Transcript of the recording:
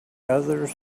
others